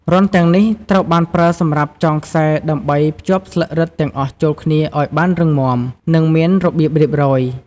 រន្ធទាំងនេះត្រូវបានប្រើសម្រាប់ចងខ្សែដើម្បីភ្ជាប់ស្លឹករឹតទាំងអស់ចូលគ្នាឱ្យបានរឹងមាំ និងមានរបៀបរៀបរយ។